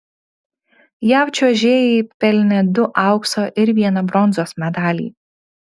jav čiuožėjai pelnė du aukso ir vieną bronzos medalį